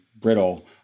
brittle